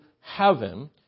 heaven